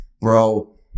Bro